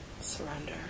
Surrender